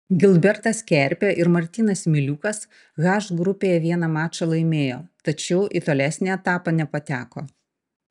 gilbertas kerpė ir martynas miliukas h grupėje vieną mačą laimėjo tačiau į tolesnį etapą nepateko